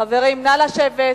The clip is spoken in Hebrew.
חברים, נא לשבת.